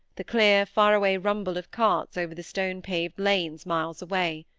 the clear faraway rumble of carts over the stone-paved lanes miles away.